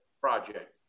project